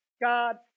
God